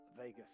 Vegas